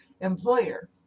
employer